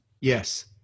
Yes